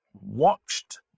watched